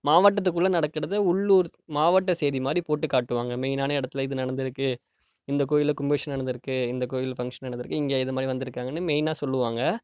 மாவட்டத்துக்குள்ளே நடக்கிறத உள்ளுர் மாவட்ட செய்தி மாதிரி போட்டுக் காட்டுவாங்க மெயினான இடத்துல இது நடந்திருக்குது இந்த கோயிலில் கும்பாபிஷகம் நடந்திருக்கு இந்த கோயிலில் ஃபங்க்ஷன் நடந்திருக்கு இங்கே இது மாதிரி வந்திருக்காங்கனு மெயினாக சொல்லுவாங்க